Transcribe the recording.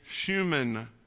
human